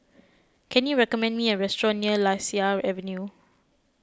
can you recommend me a restaurant near Lasia Avenue